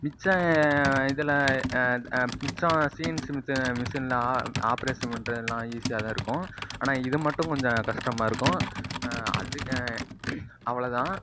மிச்சம் இதில் மிச்சம் சீஎன்ஸி மிஷினில் ஆ ஆப்ரேஷன் பண்ணுறதுலாம் ஈஸியாகதான் இருக்கும் ஆனா இதுமட்டும் கொஞ்சம் கஷ்டமாக இருக்கும் அது அவ்வளோதான்